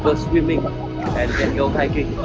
but swimming and go hiking.